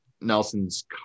Nelson's